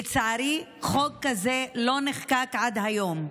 לצערי, חוק כזה לא נחקק עד היום.